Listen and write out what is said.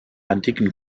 antiken